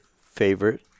favorite